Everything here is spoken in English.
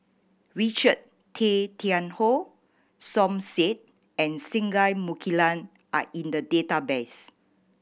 Richard Tay Tian Hoe Som Said and Singai Mukilan are in the database